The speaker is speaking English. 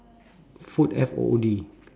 food F O O D